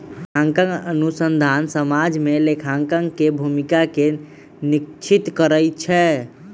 लेखांकन अनुसंधान समाज में लेखांकन के भूमिका के निश्चित करइ छै